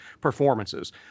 performances